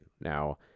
Now